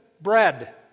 bread